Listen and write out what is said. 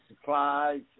supplies